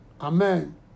Amen